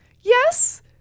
Yes